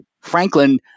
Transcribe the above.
Franklin